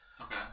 Okay